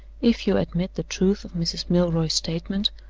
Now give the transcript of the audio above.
if you admit the truth of mrs. milroy's statement,